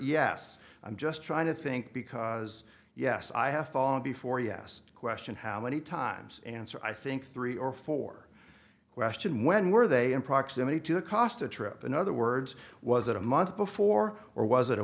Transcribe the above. yes i'm just trying to think because yes i have fallen before yes question how many times answer i think three or four question when were they in proximity to a cost a trip in other words was it a month before or was it a